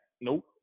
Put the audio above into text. Nope